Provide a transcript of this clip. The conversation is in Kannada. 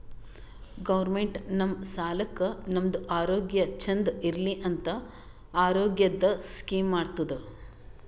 ಗೌರ್ಮೆಂಟ್ ನಮ್ ಸಲಾಕ್ ನಮ್ದು ಆರೋಗ್ಯ ಚಂದ್ ಇರ್ಲಿ ಅಂತ ಆರೋಗ್ಯದ್ ಸ್ಕೀಮ್ ಮಾಡ್ತುದ್